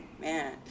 Man